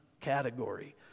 category